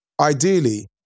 Ideally